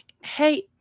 Hey